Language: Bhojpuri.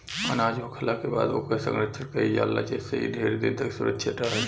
अनाज होखला के बाद ओकर संरक्षण कईल जाला जेइसे इ ढेर दिन तक सुरक्षित रहो